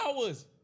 hours